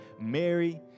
Mary